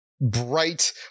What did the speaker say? bright